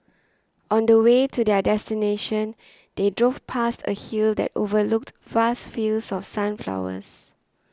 on the way to their destination they drove past a hill that overlooked vast fields of sunflowers